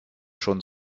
schon